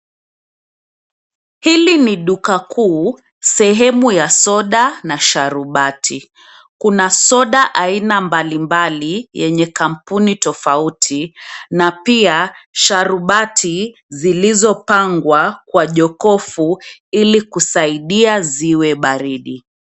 Hili ni duka kuu sehemu ya soda na sharubati. Kuna soda aina mbalimbali yenye kampuni tofauti na pia sharubati zilizopangwa kwa jokofu ili kusaidia ziwe baridi.